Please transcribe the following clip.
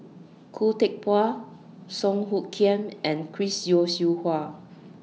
Khoo Teck Puat Song Hoot Kiam and Chris Yeo Siew Hua